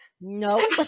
No